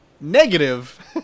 Negative